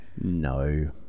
No